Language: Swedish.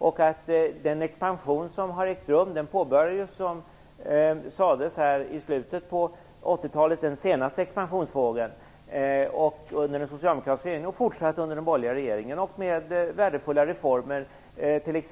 Den senaste expansionsvåg som ägt rum påbörjades, som det sades här, i slutet på 1980-talet under den socialdemokratiska regeringen och fortsatte under den borgerliga med värdefulla reformer, t.ex.